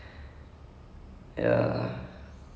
correct correct you don't even know when you're going to be killed ஆமா:aama